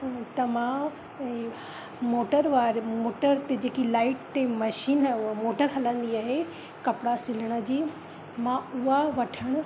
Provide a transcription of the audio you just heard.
त मां motor motor ते जेकी लाइट ते मशीन उहो मोटर हलंदी आहे कपिड़ा सिलण जी मां उहो वठनि